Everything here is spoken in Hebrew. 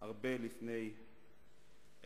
הרבה לפני אל-אקצא,